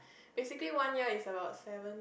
basically one year is about seven